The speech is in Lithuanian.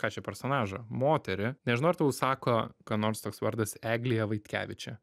ką čia personažą moterį nežinau ar tau sako ką nors toks vardas eglija vaitkevičė